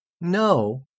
No